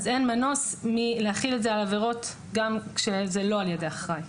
אין מנוס מאשר להחיל את זה על עבירות גם כשזה לא על ידי אחראי.